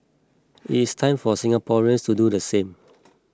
it is time for Singaporeans to do the same